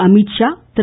Amit Shah Thiru